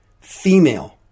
female